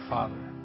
Father